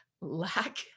lack